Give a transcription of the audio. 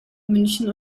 münchen